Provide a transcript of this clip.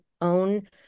own